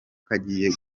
kagiye